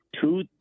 two